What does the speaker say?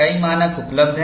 कई मानक उपलब्ध हैं